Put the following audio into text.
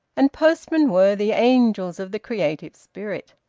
and postmen were the angels of the creative spirit.